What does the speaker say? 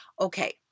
Okay